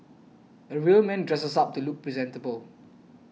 a real man dresses up to look presentable